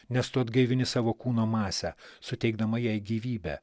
nes tu atgaivini savo kūno masę suteikdama jai gyvybę